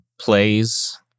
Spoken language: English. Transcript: plays